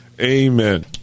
Amen